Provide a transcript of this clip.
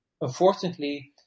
Unfortunately